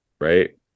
right